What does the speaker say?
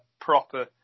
proper